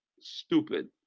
stupid